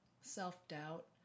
self-doubt